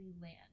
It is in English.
land